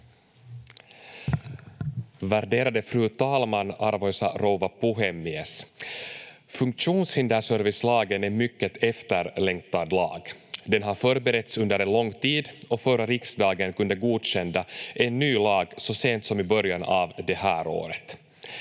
Värderade fru talman, arvoisa rouva puhemies! Funktionshinderservicelagen är en mycket efterlängtad lag. Den har förberetts under en lång tid, och förra riksdagen kunde godkänna en ny lag så sent som i början av det här året.